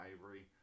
Ivory